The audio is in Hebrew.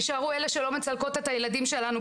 יישארו אלה שלא מצלקות את הילדים שלנו,